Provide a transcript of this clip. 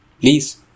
Please